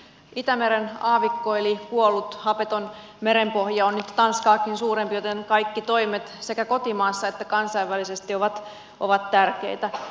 itämeren aavikko eli kuollut hapeton merenpohja on nyt tanskaakin suurempi joten kaikki toimet sekä kotimaassa että kansainvälisesti ovat tärkeitä